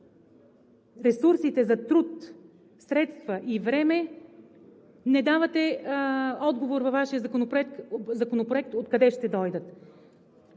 ресурсите за труд, средства и време – не давате отговор във Вашия Законопроект откъде ще дойдат?